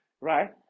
Right